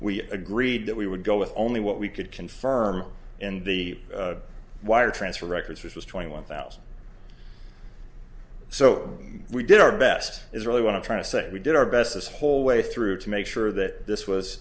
we agreed that we would go with only what we could confirm in the wire transfer records which was twenty one thousand so we did our best is really want to try to say we did our best this whole way through to make sure that this